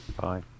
Bye